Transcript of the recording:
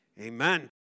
Amen